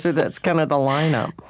so that's kind of the lineup